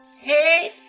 Hey